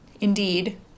Indeed